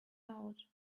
out